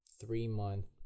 three-month